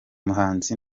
muhanzi